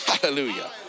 Hallelujah